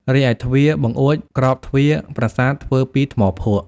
រីឯទ្វារ បង្អួច ក្របទ្វារប្រាសាទធ្វើពីថ្មភក់។